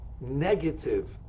negative